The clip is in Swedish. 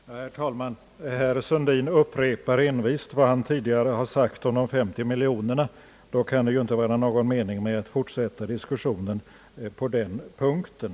Herr talman! Herr Sundin upprepar envist vad han tidigare har sagt om de 50 miljonerna. Då kan det ju inte vara någon mening med att fortsätta diskussionen på den punkten.